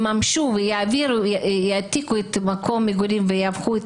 אבל הם יממשו ויעתיקו את מקום המגורים ויהפכו את